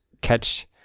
catch